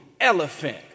elephant